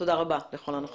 תודה רבה לכל הנוכחים.